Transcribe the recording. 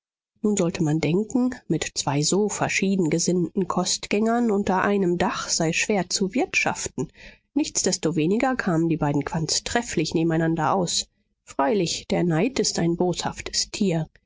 nun sollte man denken mit zwei so verschieden gesinnten kostgängern unter einem dach sei schwer zu wirtschaften nichtsdestoweniger kamen die beiden quandts trefflich nebeneinander aus freilich der neid ist ein boshaftes tier